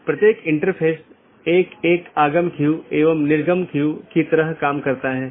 इसलिए एक path vector में मार्ग को स्थानांतरित किए गए डोमेन या कॉन्फ़िगरेशन के संदर्भ में व्यक्त किया जाता है